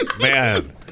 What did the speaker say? man